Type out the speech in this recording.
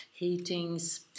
heatings